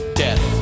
death